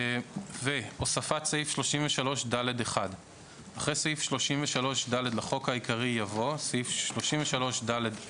הוספת סעיף 33ד1 3. אחרי סעיף 33ד לחוק העיקרי יבוא: "איסור